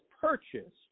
purchased